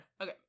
Okay